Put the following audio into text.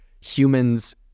humans